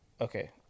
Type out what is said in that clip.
okay